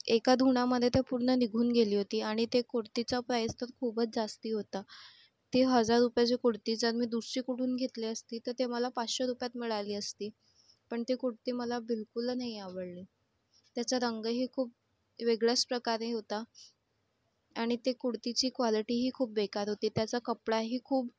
एका धुण्यामध्ये तर पूर्ण निघून गेली होती आणि त्या कुडतीचा प्राईस तर खूपच जास्ती होता ती हजार रुपयाची कुडती जर मी दुसरीकडून घेतली असती तर ती मला पाचशे रुपयात मिळाली असती पण ती कुडती मला बिलकूल नाही आवडली त्याचा रंगही खूप वेगळ्याच प्रकारे होता आणि ती कुडतीची क्वालिटीही खूप बेकार होती त्याचा कपडाही खूप